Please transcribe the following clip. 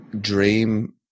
dream